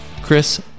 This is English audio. chris